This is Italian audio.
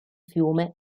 fiume